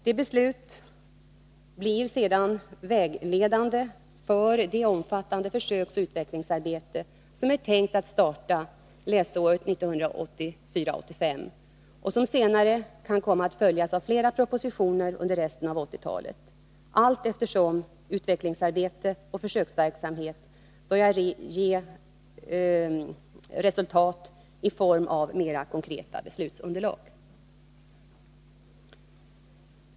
Det beslutet blir sedan vägledande för det omfattande försöksoch utvecklingsarbete som är tänkt att starta läsåret 1984/85 och som senare kan komma att resultera i flera propositioner under resten av 1980-talet, allteftersom utvecklingsarbete och försöksverksamhet börjar ge resultat i form av mer konkreta beslutsunderlag.